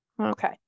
Okay